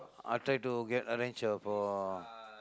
I try to get arrange a for